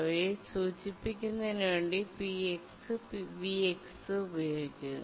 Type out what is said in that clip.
അവയെ സൂചിപ്പിക്കുന്നതിനു വേണ്ടി P V ഉപയോഗിക്കുന്നു